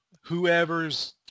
whoever's –